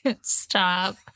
stop